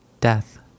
death